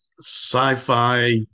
sci-fi